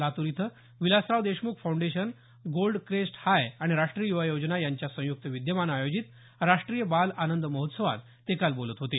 लातूर इथं Vilasrao Deshmukh foundation gold crest high आणि राष्टीय युवा योजना यांच्या संयुक्त विद्यमानं आयोजित राष्ट्रीय बाल आनंद महोत्सवात ते काल बोलत होते